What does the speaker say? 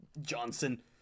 Johnson